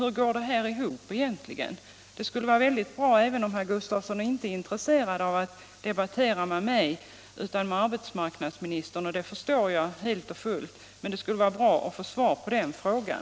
Hur går det egentligen ihop? Även om herr Gustafsson inte är intresserad av att debattera med mig utan med arbetsmarknadsministern — det förstår jag helt och fullt — skullle det vara bra att få svar på den frågan.